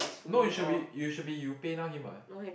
no it should be you should be you PayNow him what